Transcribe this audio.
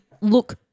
look